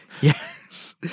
Yes